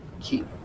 keep